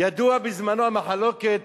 ידוע, בזמנו, על מחלוקת